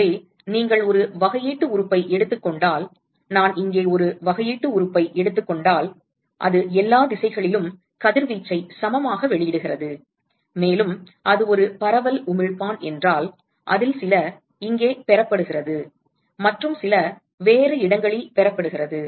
எனவே நீங்கள் ஒரு வகையீட்டு உறுப்பை எடுத்துக் கொண்டால் நான் இங்கே ஒரு வகையீட்டு உறுப்பை எடுத்துக் கொண்டால் அது எல்லா திசைகளிலும் கதிர்வீச்சை சமமாக வெளியிடுகிறது மேலும் அது ஒரு பரவல் உமிழ்ப்பான் என்றால் அதில் சில இங்கே பெறப்படுகிறது மற்றும் சில வேறு இடங்களில் பெறப்படுகிறது